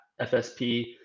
FSP –